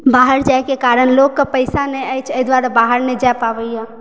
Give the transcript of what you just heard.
बाहर जाएके कारण लोककेँ पैसा नहि अछि एहि दुआरे बाहर नहि जाए पाबैया